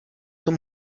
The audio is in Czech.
tom